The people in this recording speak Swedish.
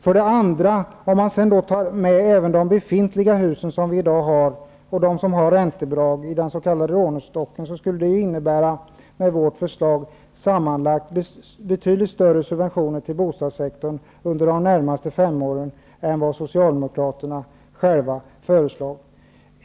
För det andra innebär vårt förslag, om vi tar med de befintliga husen och de som har räntebidrag i den s.k. lånestocken, sammanlagt betydligt större subventioner till bostadssektorn under de närmaste fem åren än vad Socialdemokraterna föreslagit.